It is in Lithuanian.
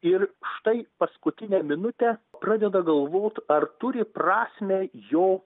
ir štai paskutinę minutę pradeda galvot ar turi prasmę jo